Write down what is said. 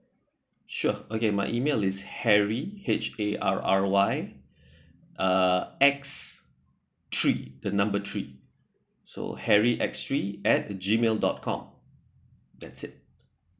sure okay my email is harry H A R R Y uh S three the number three so harry S three at G mail dot com that's it